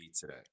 today